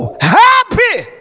Happy